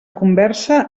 conversa